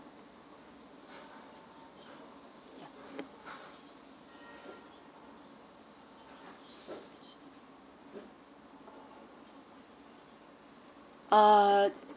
uh